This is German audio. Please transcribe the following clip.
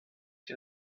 den